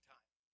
Time